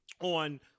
on